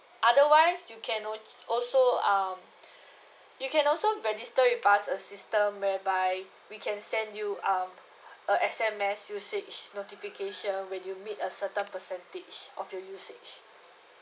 otherwise you can al~ also um you can also register with us a system whereby we can send you um a S_M_S usage notification when you meet a certain percentage of your usage